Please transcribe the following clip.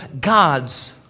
God's